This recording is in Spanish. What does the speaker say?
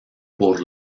por